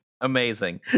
Amazing